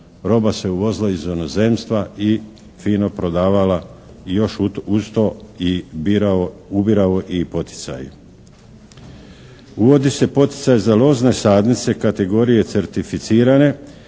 roba se uvozila iz inozemstva i fino prodavala i još uz to i ubirao poticaj. Uvodi se poticaj za lozne sadnice kategorije certificirane